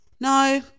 No